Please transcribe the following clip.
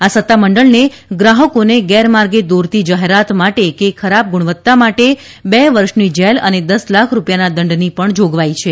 આ સત્તામંડળને ગ્રાહકોને ગેરમાર્ગે દોરતી જાહેરાત માટે કે ખરાબ ગુણવત્તા માટે બે વર્ષની જેલ અને દસ લાખ રૂપિયાના દંડની જાગવાઇ છે